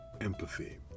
empathy